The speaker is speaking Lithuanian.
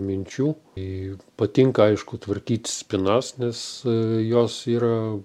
minčių į patinka aišku tvarkyt spynas nes jos yra